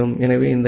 ஆகவே இந்த எஃப்